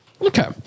Okay